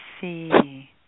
see